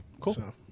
Cool